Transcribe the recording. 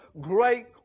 great